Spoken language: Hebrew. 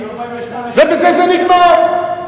ובזה זה נגמר.